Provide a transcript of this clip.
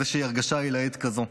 איזושהי הרגשה עילאית כזאת.